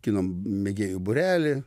kino mėgėjų būrelį